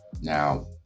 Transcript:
now